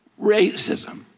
racism